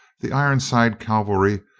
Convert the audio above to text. the ironside cavalry,